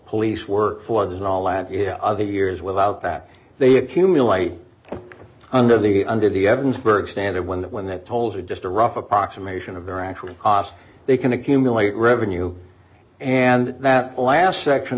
police work for that and all that you know of years without that they accumulate under the under the evidence burke stand it when when they told her just a rough approximation of their actual cost they can accumulate revenue and that last section